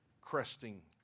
cresting